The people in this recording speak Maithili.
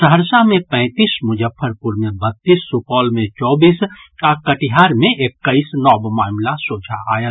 सहरसा मे पैतीस मुजफ्फरपुर मे बतीस सुपौल मे चौबीस आ कटिहार एक्कैस नव मामिला सोझा आयल